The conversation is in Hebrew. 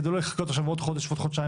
כדי לא לחכות עכשיו עוד חודש ועוד חודשיים